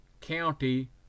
County